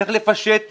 צריך לפשט תהליכים.